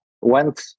went